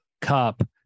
cup